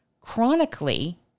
Chronically